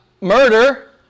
murder